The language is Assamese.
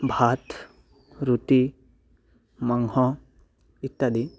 ভাত ৰুটি মাংস ইত্যাদি